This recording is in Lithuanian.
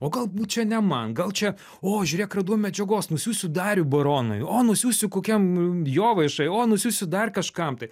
o galbūt čia ne man gal čia o žiūrėk radau medžiagos nusiųsiu dariui baronui o nusiųsiu kokiam jovaišai o nusiųsiu dar kažkam tai